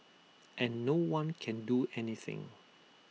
and no one can do anything